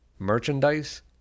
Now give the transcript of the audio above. Merchandise